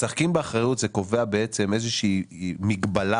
משחקים באחריות זה קובע בעצם איזה שהיא מגבלה